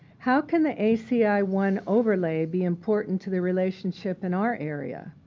how can the a c i one overlay be important to the relationship in our area?